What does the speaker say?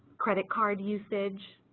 credit card usage.